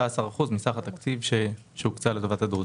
אחוזים מסך התקציב שהוקצה לטובת הדרוזים.